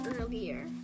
earlier